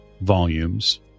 volumes